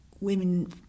women